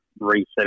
reset